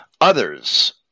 others